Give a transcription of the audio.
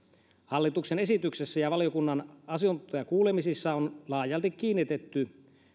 hallituksen esityksessä ja valiokunnan asiantuntijakuulemisissa on laajalti kiinnitetty